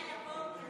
כרגע אנחנו במליאה.